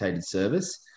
service